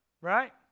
right